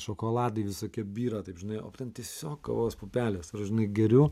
šokoladai visokie byra taip žinai o ten tiesiog kavos pupelės ir aš žinai geriu